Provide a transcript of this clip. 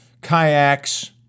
kayaks